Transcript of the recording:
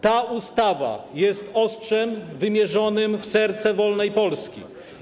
Ta ustawa jest ostrzem wymierzonym w serce wolnej Polski.